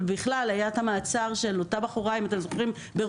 היה את המעצר של אותה בחורה ברוסיה,